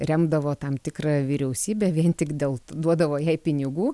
remdavo tam tikrą vyriausybę vien tik dėl duodavo jai pinigų